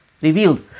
revealed